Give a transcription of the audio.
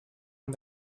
and